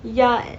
ya